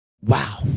wow